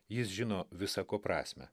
jis žino visa ko prasmę